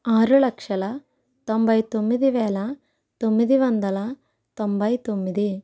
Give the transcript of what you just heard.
ఆరు లక్షల తొంభై తొమ్మిది వేల తొమ్మిది వందల తొంభై తొమ్మిది